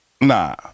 Nah